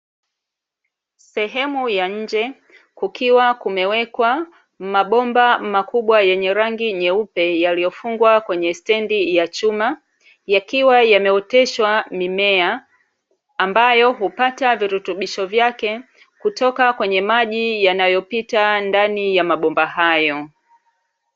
Sehemu ya nje, kukiwa kumewekwa mabomba makubwa yenye rangi nyeupe, yaliyofungwa kwenye stendi ya chuma, yakiwa yameoteshwa mimea, ambayo hupata virtubisho vyake kutoka kwenye maji yanayopita ndani ya mabomba hayo.